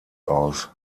aus